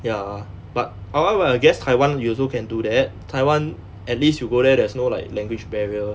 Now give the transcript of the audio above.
ya but I want well I guess taiwan you also can do that taiwan at least you go there there's no like language barrier